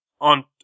on